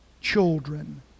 children